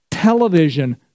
television